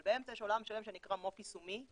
אבל באמצע יש עולם שלם שנקרא מו"פ יישומי,